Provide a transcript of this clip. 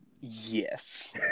Yes